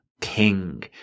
king